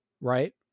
right